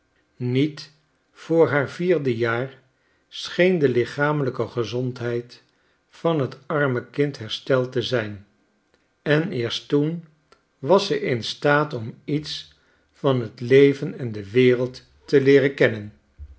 niet voor haar vierde jaar scheen delichamelijke gezondheid van t arme kind hersteld te zijn en eerst toen was ze in staat om iets van t leven en de wereld te leeren kennen